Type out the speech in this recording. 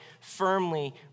firmly